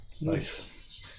Nice